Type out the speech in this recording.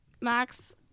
Max